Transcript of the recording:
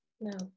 No